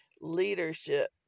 leadership